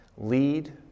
lead